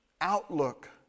outlook